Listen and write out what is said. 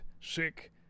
sick